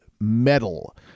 metal